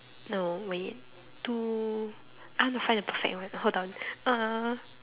no wait two I want to find the perfect one hold on uh